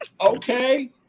okay